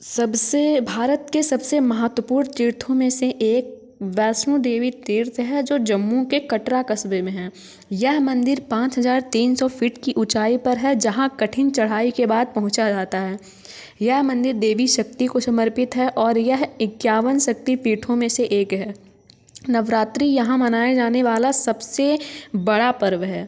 सबसे भारत के सबसे महत्वपूर्ण तीर्थों में से एक वैष्णो देवी तीर्थ है जो जम्मू के कटरा कस्बे में है यह मंदिर पाँच हज़ार तीन सौ फ़िट की ऊँचाई पर है जहाँ कठिन चढ़ाई के बाद पहुँचा जाता है यह मंदिर देवी शक्ति को समर्पित है और यह इक्यावन शक्तिपीठों में से एक है नवरात्री यहाँ मनाया जाने वाला सबसे बड़ा पर्व है